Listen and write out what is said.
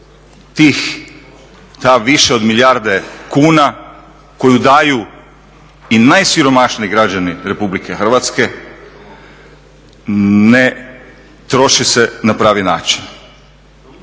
ta više od milijarde kuna koju daju i najsiromašniji građani RH ne troše se na pravi način.